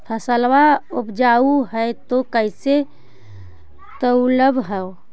फसलबा उपजाऊ हू तो कैसे तौउलब हो?